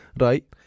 Right